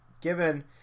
given